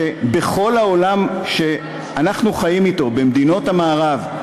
שבכל העולם שאנחנו חיים בו, במדינות המערב,